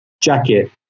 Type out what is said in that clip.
jacket